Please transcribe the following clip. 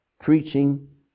Preaching